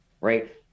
right